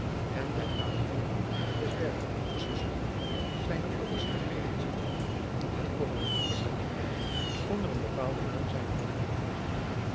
en der aanvoer des bergwaters gezwollen zijne oevers verbreeden ziet en over een dieper bedding onder een bepaalden naam zijnen weg vervolgt